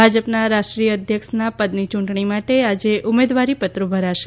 ભાજપના રાષ્ટ્રીય અધ્યક્ષના પદની યૂંટણી માટે આજે ઉમેદવારી પત્રો ભરાશે